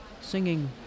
singing